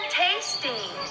tasting